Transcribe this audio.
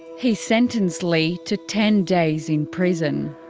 he sentenced leigh to ten days in prison.